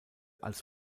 als